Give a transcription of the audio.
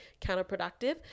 counterproductive